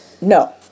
No